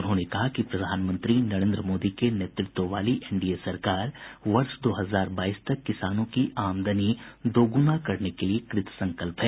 उन्होंने कहा कि प्रधानमंत्री नरेंद्र मोदी के नेतृत्व वाली एनडीए सरकार वर्ष दो हजार बाईस तक किसानों की आमदनी दोगुना करने के लिए कृतसंकल्प है